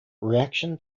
reaction